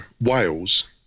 Wales